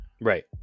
Right